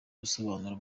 busobanuro